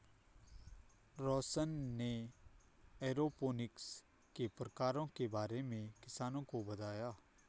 रौशन ने एरोपोनिक्स के प्रकारों के बारे में किसानों को बताया